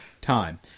time